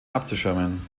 abzuschirmen